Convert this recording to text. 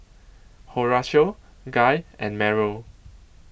Horatio Guy and Meryl